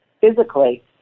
physically